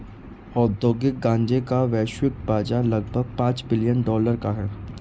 औद्योगिक गांजे का वैश्विक बाजार लगभग पांच बिलियन डॉलर का है